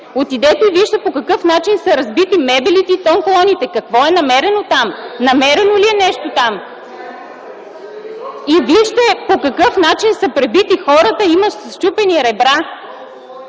Отидете и вижте по какъв начин са разбити мебелите и тонколоните. Какво е намерено там? Намерено ли е нещо там? (Шум и реплики.) И вижте по какъв начин са пребити хората – има със счупени ребра.